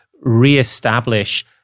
reestablish